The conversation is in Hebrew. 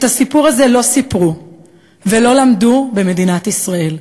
את הסיפור הזה לא סיפרו ולא למדו במדינת ישראל,